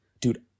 dude